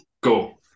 Go